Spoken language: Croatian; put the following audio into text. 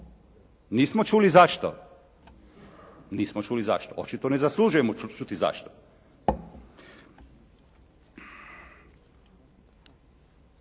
Nismo čuli zašto. Očito ne zaslužujemo čuti zašto.